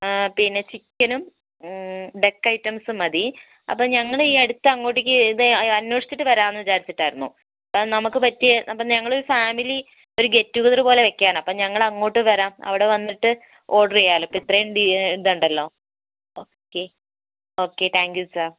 പിന്നെ ചിക്കനും ഡക്ക് ഐറ്റംസും മതി അപ്പോൾ ഞങ്ങൾ ഈ അടുത്തു അങ്ങോട്ടേക്ക് ഇത് അന്വേഷിച്ചിട്ട് വരാമെന്ന് വിചാരിച്ചിട്ടായിരുന്നു അപ്പോൾ നമുക്ക് പറ്റിയ അപ്പോൾ ഞങ്ങൾ ഫാമിലി ഒരു ഗെറ്റ് ടുഗെതർ പോലെ വെക്കാനാണ് അപ്പോൾ ഞങ്ങൾ അങ്ങോട്ട് വരാം അവിടെ വന്നിട്ട് ഓർഡർ ചെയ്യാമല്ലോ ഇപ്പോൾ ഇത്രയും ഇതുണ്ടല്ലോ okay okay thank you sir